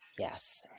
Yes